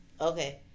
Okay